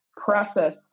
process